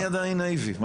אני עדיין נאיבי.